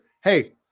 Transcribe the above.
Hey